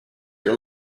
your